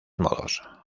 modos